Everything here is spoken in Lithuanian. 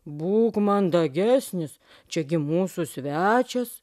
būk mandagesnis čiagi mūsų svečias